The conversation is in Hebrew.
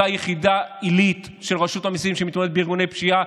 אותה יחידה עילית של רשות המיסים שמתמודדת עם ארגוני פשיעה.